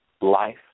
Life